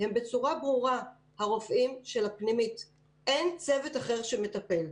הן ברישיון או לא, זה עניין של בוכהלטריה שלכם.